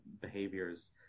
behaviors